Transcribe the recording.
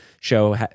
show